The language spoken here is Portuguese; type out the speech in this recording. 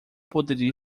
poderia